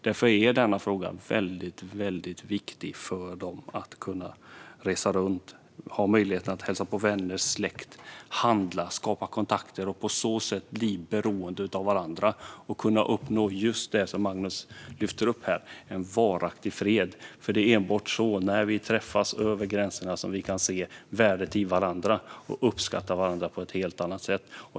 Därför är denna fråga väldigt viktig för dem. Det handlar om att kunna resa runt, hälsa på släkt och vänner, handla och skapa kontakter och på så sätt bli beroende av varandra och kunna uppnå just det som Magnus Jacobsson tar upp här: varaktig fred. Det är enbart så, när vi träffas över gränserna, som vi kan se värdet i varandra och uppskatta varandra på ett helt annat sätt.